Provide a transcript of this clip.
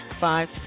Five